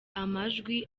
amajwi